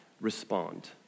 respond